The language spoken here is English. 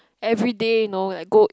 everyday know like go